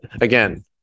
again